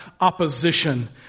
opposition